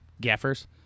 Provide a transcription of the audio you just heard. Gaffers